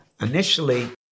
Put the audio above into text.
initially